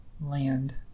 land